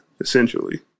essentially